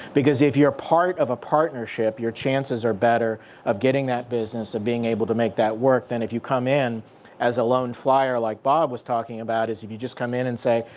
because if you're part of a partnership, your chances are better of getting that business, of being able to make that work than if you come in as a lone flyer like bob was talking about. is if you just come in and say,